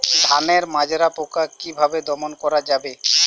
ধানের মাজরা পোকা কি ভাবে দমন করা যাবে?